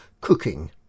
cooking